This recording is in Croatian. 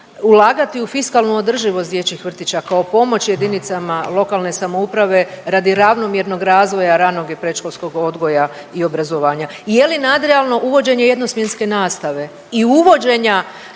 ulagati u fiskalnu održivost dječjih vrtića kao pomoć JLS radi ravnomjernog razvoja ranog i predškolskog odgoja i obrazovanja i je li nadrealno uvođenje jednosmjenske nastave i uvođenja